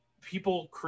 people